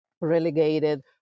relegated